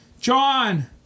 John